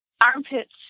armpits